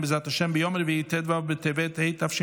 אני חוזר: הישיבה הבאה תתקיים בעזרת השם ביום רביעי ט"ו בטבת התשפ"ד,